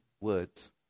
words